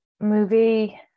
movie